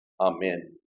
Amen